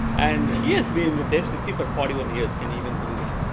and he has been at the fcc for forty one years, can't even believe that.